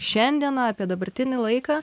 šiandieną apie dabartinį laiką